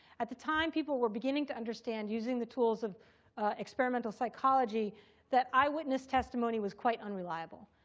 at the time, people were beginning to understand using the tools of experimental psychology that eyewitness testimony was quite unreliable.